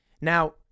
Now